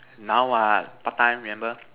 now what part time remember